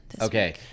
okay